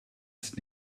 ist